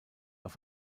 auf